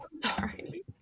Sorry